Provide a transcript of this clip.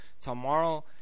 Tomorrow